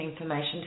information